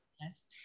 Yes